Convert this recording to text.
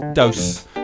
dose